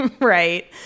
right